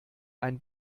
ein